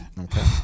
Okay